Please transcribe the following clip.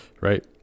right